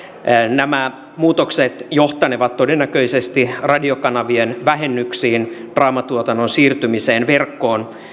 nämä muutokset johtanevat todennäköisesti radiokanavien vähennyksiin draamatuotannon siirtymiseen verkkoon